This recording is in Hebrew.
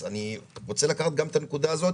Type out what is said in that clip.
אני רוצה לקחת את הנקודה הזאת,